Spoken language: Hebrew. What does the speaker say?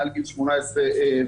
מעל גיל 18 וכו'.